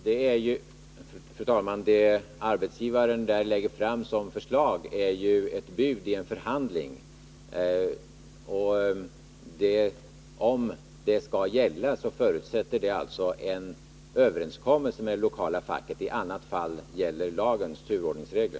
Fru talman! Det arbetsgivaren lägger fram som ett förslag är ett bud i en förhandling. För att det förslaget skall gälla krävs en överenskommelse med det lokala facket. I annat fall gäller lagens turordningsregler.